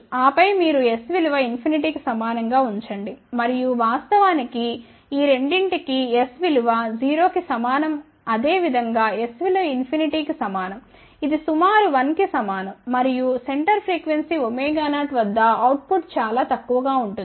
ఆపై మీరు s విలువ ఇన్ఫినిటీకి సమానం గా ఉంచండి మరియు వాస్తవానికి ఈ రెండింటికి s విలువ 0 కి సమానం అదే విధంగా s విలువ ఇన్ఫినిటీకి సమానం ఇది సుమారు 1 కి సమానం మరియు సెంటర్ ఫ్రీక్వెన్సీ ω0 వద్ద అవుట్ పుట్ చాలా తక్కువగా ఉంటుంది